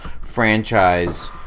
franchise